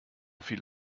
fiel